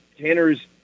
Tanner's